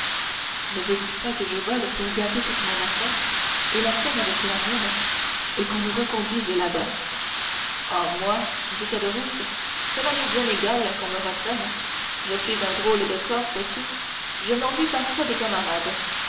ne veux-tu pas que je vole pour gâter toute mon affaire et la tienne avec la mienne et qu'on nous reconduise là-bas oh moi dit caderousse ça m'est bien égal qu'on me reprenne je suis un drôle de corps sais-tu je m'ennuie parfois des camarades